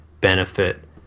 benefit